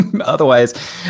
Otherwise